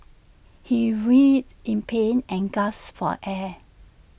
he writhed in pain and gasped for air